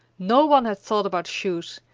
no one had thought about shoes,